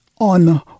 on